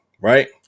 right